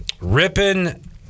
ripping